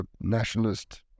nationalist